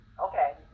Okay